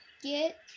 Get